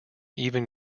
even